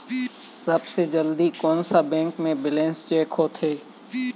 सबसे जल्दी कोन सा बैंक म बैलेंस चेक होथे?